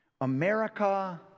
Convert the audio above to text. America